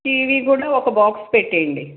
kiwi కూడా ఒక box పెట్టేయండి